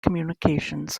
communications